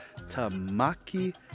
Tamaki